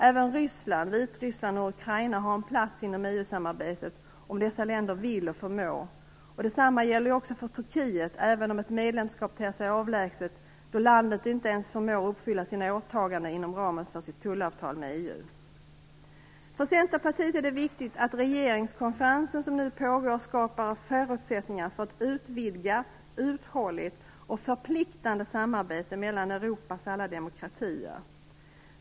Även Ryssland, Vitryssland och Ukraina har en plats inom EU-samarbetet om dessa länder vill och förmår. Detsamma gäller också för Turkiet, även om ett medlemskap ter sig avlägset då landet inte ens förmår uppfylla sina åtaganden inom ramen för sitt tullavtal med EU. För Centerpartiet är det viktigt att regeringskonferensen, som nu pågår, skapar förutsättningar för ett utvidgat, uthålligt och förpliktande samarbete mellan Europas alla demokratier.